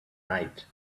night